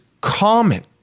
common